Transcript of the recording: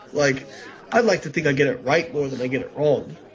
like i'd like to think i get it right more than i get it wrong,